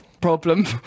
problem